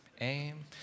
aim